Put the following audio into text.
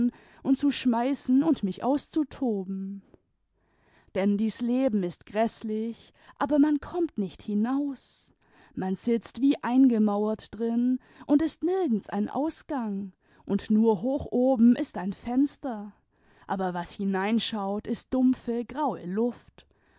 und zu schmeißen und mich auszutoben denn dies leben ist gräßlich aber man kommt nicht hinaus man sitzt wie eingemauert drin xmd ist nirgends ein ausgang tmd nur hoch oben ist ein fenster aber was hineinschaut ist dumpfe graue luft